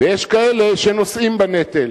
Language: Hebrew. ויש כאלה שנושאים בנטל,